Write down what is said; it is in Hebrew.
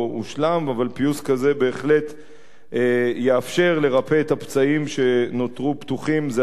אבל פיוס כזה בהחלט יאפשר לרפא את הפצעים שנותרו פתוחים עשרות שנים.